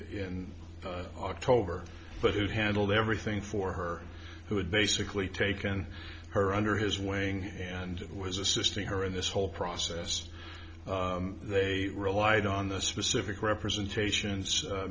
in october but it handled everything for her who had basically taken her under his wing and was assisting her in this whole process they relied on the specific representations